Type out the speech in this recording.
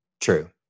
true